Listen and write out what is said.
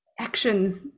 actions